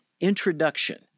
introduction